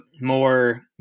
more